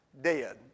dead